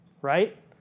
Right